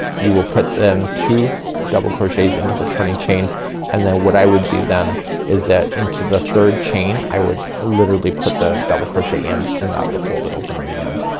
you will put then two double crochets into the turning chain and then what i would do then is that into the third chain i would literally put the double crochet in and that will hold it open on the end.